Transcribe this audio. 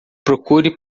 procure